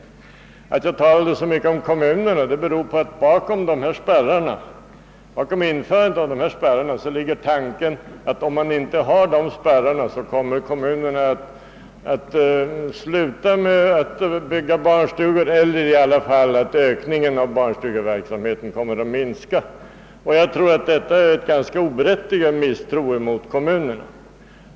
Att jag talat så mycket om kommunerna beror på att bakom införandet av dessa spärrar ligger tanken att om man inte har dem, kommer kommunerna att sluta att bygga barnstugor eller i varje fall ökningen av barnstugeverksamheten att minska. Detta innebär enligt min mening en ganska oberättigad misstro mot kommunerna.